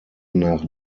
nach